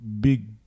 big